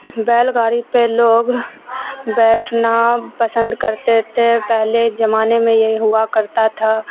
بیل گاڑی پہ لوگ بیٹھنا پسند کرتے تھے پہلے زمانے میں یہ ہوا کرتا تھا